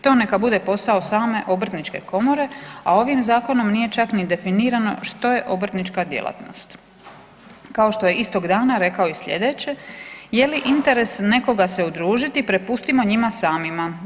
To neka bude posao same Obrtničke komore, a ovim zakonom nije čak ni definirano što je obrtnička djelatnost, kao što je istog dana rekao i sljedeće, je li interes nekoga se udružiti, prepustimo njima samima.